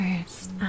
first